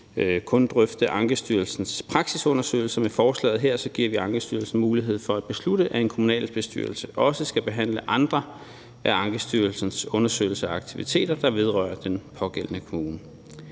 kun drøfte Ankestyrelsens praksisundersøgelse, og med forslaget her giver vi Ankestyrelsen mulighed for at beslutte, at en kommunalbestyrelse også skal behandle andre af Ankestyrelsens undersøgelser og aktiviteter, der vedrører den pågældende kommune.